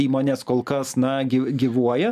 įmonės kol kas na gyv gyvuoja